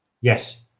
yes